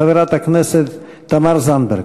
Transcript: חברת הכנסת תמר זנדברג.